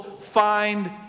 find